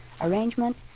arrangement